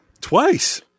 Twice